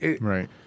Right